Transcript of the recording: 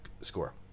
score